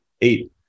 eight